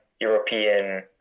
European